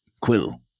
quill